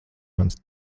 mans